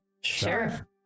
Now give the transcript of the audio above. Sure